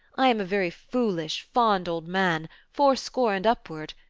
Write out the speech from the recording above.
i am a very foolish, fond old man, four-score and upward,